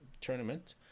tournament